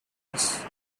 noise